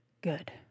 Good